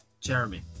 Jeremy